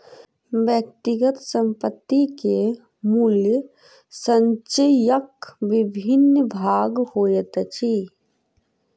व्यक्तिगत संपत्ति के मूल्य संचयक विभिन्न भाग होइत अछि